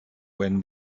when